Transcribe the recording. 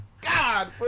god